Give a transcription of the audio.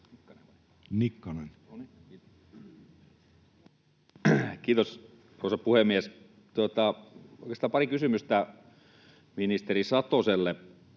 Kiitos, arvoisa puhemies! Oikeastaan pari kysymystä ministeri Satoselle